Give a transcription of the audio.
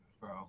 bro